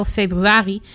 februari